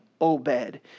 Obed